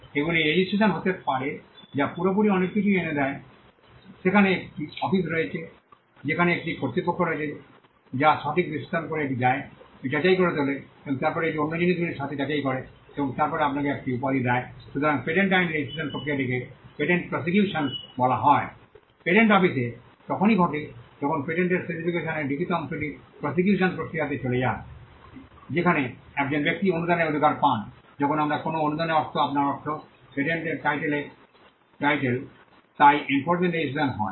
এগুলি রেজিস্ট্রেশন হতে পারে যা পুরোপুরি অনেক কিছুই এনে দেয় সেখানে একটি অফিস রয়েছে যেখানে একটি কর্তৃপক্ষ রয়েছে যা সঠিক বিশ্লেষণ করে এটি দেয় এবং যাচাই করে তোলে এবং তারপরে এটি অন্য জিনিসগুলির সাথে যাচাই করে এবং তারপরে আপনাকে একটি উপাধি দেয় সুতরাং পেটেন্ট আইনে রেজিস্ট্রেশন প্রক্রিয়াটিকে পেটেন্ট প্রসিকিউশন বলা হয় পেটেন্ট অফিসে তখনই ঘটে যখন পেটেন্টের স্পেসিফিকেশনের লিখিত অংশটি প্রসিকিউশন প্রক্রিয়াতে চলে যায় সেখানে একজন ব্যক্তি অনুদানের অধিকার পান যখন আমরা কোনও অনুদানের অর্থ আপনার অর্থ পেটেন্টের টাইটেল তাই এনফোর্সমেন্টenforcement রেজিস্ট্রেশন হয়